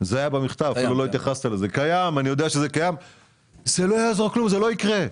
זה לא יקרה,